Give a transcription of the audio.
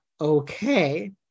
okay